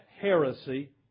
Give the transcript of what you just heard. heresy